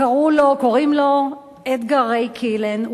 קוראים לו אדגר ריי קילן.